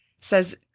says